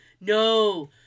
No